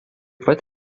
pat